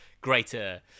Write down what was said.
greater